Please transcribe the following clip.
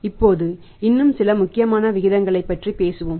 இப்போது இன்னும் சில முக்கியமான விகிதங்களைப் பற்றிப் பேசுவோம்